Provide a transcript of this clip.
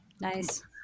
Nice